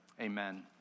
amen